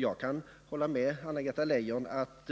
Jag kan hålla med Anna-Greta Leijon om att